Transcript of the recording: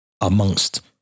Amongst